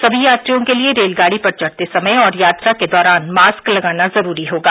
सभी यात्रियों के लिए रेलगाड़ी पर चढ़ते समय और यात्रा के दौरान मास्क लगाना जरूरी होगा